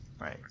Right